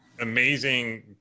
amazing